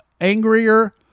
angrier